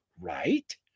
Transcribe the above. right